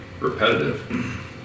repetitive